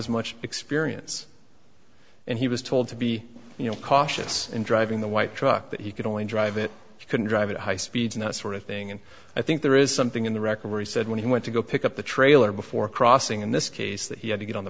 as much experience and he was told to be you know cautious in driving the white truck that he could only drive it couldn't drive at high speed and that sort of thing and i think there is something in the record where he said when he went to go pick up the trailer before crossing in this case that he had to get on the